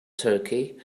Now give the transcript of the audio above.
turkey